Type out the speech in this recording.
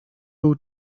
był